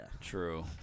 true